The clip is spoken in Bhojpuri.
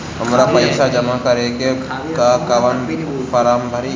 हमरा पइसा जमा करेके बा कवन फारम भरी?